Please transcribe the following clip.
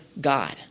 God